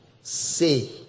say